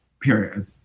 period